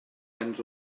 ens